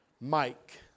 Mike